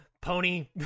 pony